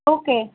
okay